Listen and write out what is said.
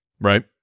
Right